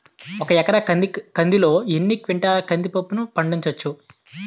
ఒక ఎకర కందిలో ఎన్ని క్వింటాల కంది పప్పును వాడచ్చు?